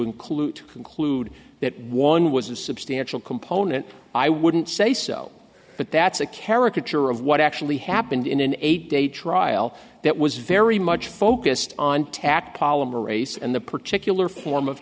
include conclude that one was a substantial component i wouldn't say so but that's a caricature of what actually happened in an eight day trial that was very much focused on tack polymerase and the particular form of